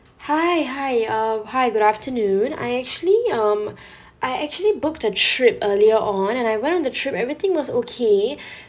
hi hi uh hi good afternoon I actually um I actually booked a trip earlier on and I went on the trip everything was okay